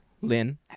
Lynn